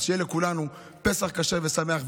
אז שיהיה לכולנו פסח כשר ושמח,